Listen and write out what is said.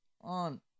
on